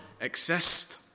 exist